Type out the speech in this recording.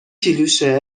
کیلوشه